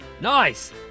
Nice